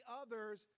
others